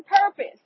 purpose